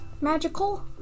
Magical